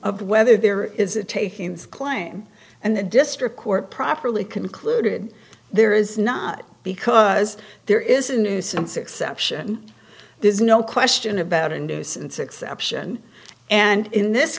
of whether there is a takings claim and the district court properly concluded there is not because there is a nuisance exception there's no question about a nuisance exception and in this